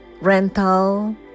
rental